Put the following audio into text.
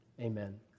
Amen